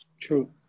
true